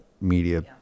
media